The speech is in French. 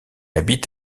habite